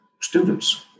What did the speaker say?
students